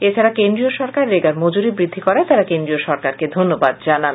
তাছাড়া কেন্দ্রীয় সরকার রেগার মজুরি বৃদ্ধি করায় তারা কেন্দ্রীয় সরকারকে ধন্যবাদ জানান